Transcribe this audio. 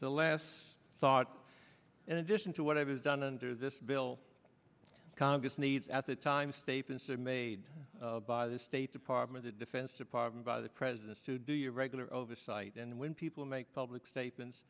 o less thought in addition to whatever is done under this bill congress needs at the time statements are made by the state department the defense department by the president to do your regular oversight and when people make public statements